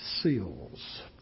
seals